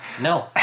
No